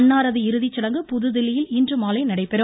அன்னாரது இறுதிச்சடங்கு புதுதில்லியில் இன்று மாலை நடைபெறும்